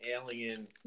alien